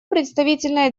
представительная